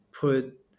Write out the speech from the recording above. put